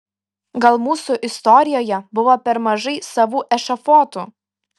gal mūsų istorijoje buvo per mažai savų ešafotų